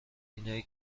اینایی